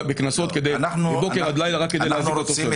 בקנסות מבוקר עד לילה רק כדי להזיק לתושבים.